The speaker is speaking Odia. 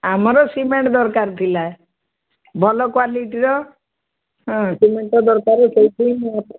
ଆମର ସିମେଣ୍ଟ ଦରକାର ଥିଲା ଭଲ କ୍ଵାଲିଟିର ହଁ ସିମେଣ୍ଟ ଦରକାର ସେଇଥିପାଇଁ ମୁଁ